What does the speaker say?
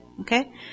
Okay